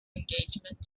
engagement